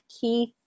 keith